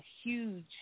huge